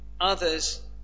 others